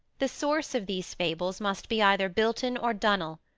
the source of these fables must be either bilton or dunnill,